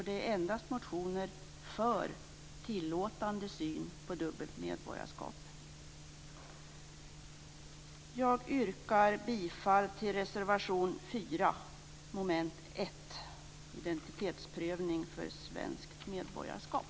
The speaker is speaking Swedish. Det är endast motioner för en tillåtande syn på dubbelt medborgarskap.